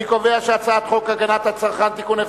הצרכן (תיקון,